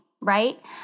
right